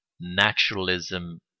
NATURALISM